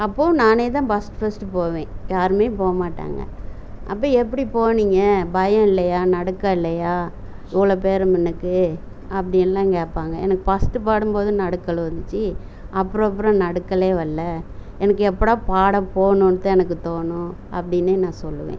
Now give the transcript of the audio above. அப்போது நானே தான் ஃபஸ்ட்டு ஃபஸ்ட்டு போவேன் யாருமே போக மாட்டாங்க அப்போ எப்படி போனீங்க பயம் இல்லையா நடுக்கம் இல்லையா இவ்வளோ பேர் முன்னக்கு அப்படியெல்லாம் கேட்பாங்க எனக்கு ஃபஸ்ட்டு பாடும் போது நடுக்கம் இருந்துச்சு அப்புறம் அப்புறம் நடுக்கமே இல்ல எனக்கு எப்போடா பாட போகணுன்னு தான் எனக்கு தோணும் அப்படின்னே நான் சொல்லுவேன்